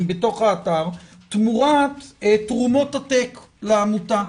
בתוך האתר תמורת תרומות עתק לעמותה.